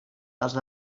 dels